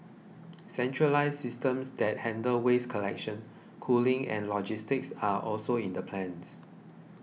centralised systems that handle waste collection cooling and logistics are also in the plans